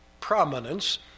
prominence